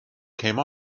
came